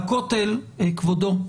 כבודו,